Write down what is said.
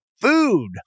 food